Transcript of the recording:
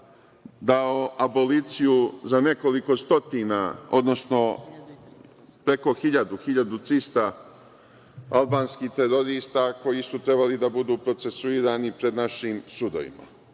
dao aboliciju za nekoliko stotina, odnosno preko 1000, 1300 albanskih terorista koji su trebali da budu procesuirani pred našim sudovima